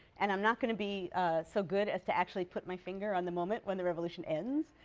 and i'm not going to be so good as to actually put my finger on the moment when the revolution ends,